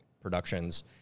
productions